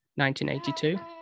1982